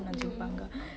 mm